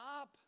up